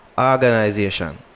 Organization